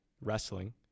wrestling